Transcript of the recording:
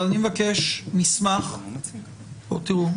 תראו,